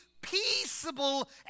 peaceable